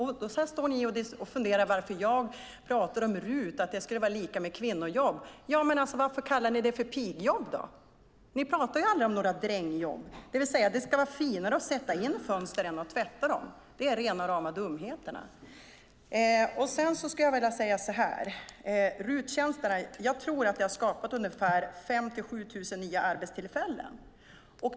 Sedan står ni och funderar över varför jag pratar om RUT och att det skulle vara lika med kvinnojobb. Men varför kallar ni det för pigjobb då? Ni pratar aldrig om några drängjobb. Det ska alltså vara finare att sätta in fönster än att tvätta dem. Det är rena rama dumheterna. Jag tror att RUT-tjänsterna har skapat ungefär 5 000-7 000 nya arbetstillfällen.